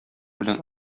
белән